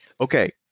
Okay